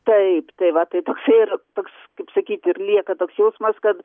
taip tai va tai toksai ir toks kaip sakyt ir lieka toks jausmas kad